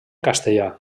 castellà